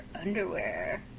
underwear